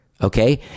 Okay